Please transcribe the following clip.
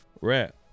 rap